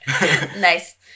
Nice